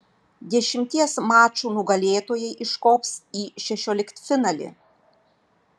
dešimties mačų nugalėtojai iškops į šešioliktfinalį